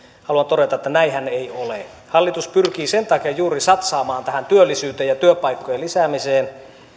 haluan todeta että näinhän ei ole hallitus pyrkii sen takia juuri satsaamaan tähän työllisyyteen ja työpaikkojen lisäämiseen